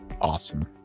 awesome